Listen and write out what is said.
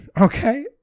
okay